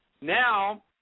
Now